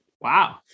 wow